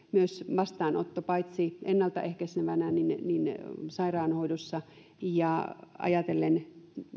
vastaanotto paitsi ennalta ehkäisevänä myös sairaanhoidossa ja ajatellen